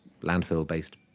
landfill-based